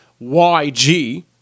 YG